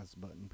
button